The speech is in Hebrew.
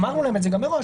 אמרנו להם את זה גם מראש,